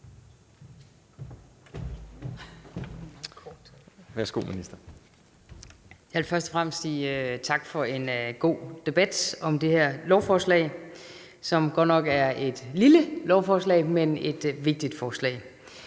(Inger Støjberg): Jeg vil først og fremmest sige tak for en god debat om det her lovforslag, som godt nok er et lille, men et vigtigt forslag.